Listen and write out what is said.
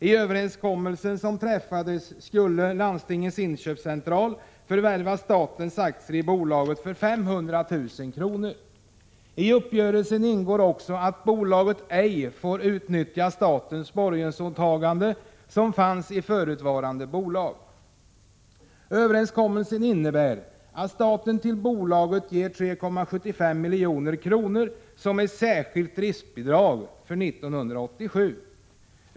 I överenskommelsen som träffades skulle LIC förvärva statens aktier i bolaget för 500 000 kr. I uppgörelsen ingår också att bolaget ej får utnyttja statens borgensåtagande som fanns i förutvarande bolag. Överenskommelsen innebär att staten till bolaget ger 3,75 milj.kr. som särskilt driftbidrag för 1987.